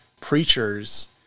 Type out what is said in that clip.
preachers